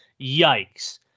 Yikes